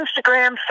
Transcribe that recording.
Instagram